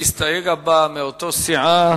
המסתייג הבא מאותה סיעה,